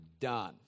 done